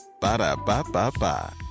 Ba-da-ba-ba-ba